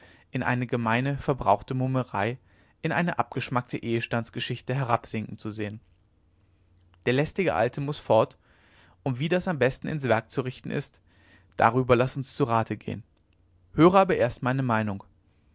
in eine gemeine verbrauchte mummerei in eine abgeschmackte ehestandsgeschichte herabsinken zu sehen der lästige alte muß fort und wie das am besten ins werk zu richten ist darüber laß uns zu rate gehen höre aber erst meine meinung